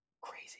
Crazy